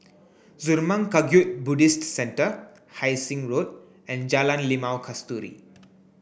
Zurmang Kagyud Buddhist Centre Hai Sing Road and Jalan Limau Kasturi